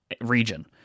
region